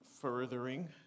furthering